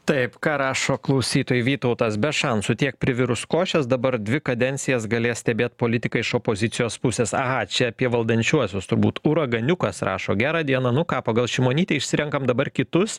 taip ką rašo klausytojai vytautas be šansų tiek privirus košės dabar dvi kadencijas galės stebėt politiką iš opozicijos pusės aha čia apie valdančiuosius turbūt raganiukas rašo gerą dieną nu ką pagal šimonytę išsirenkam dabar kitus